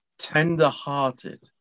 Tender-hearted